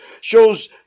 shows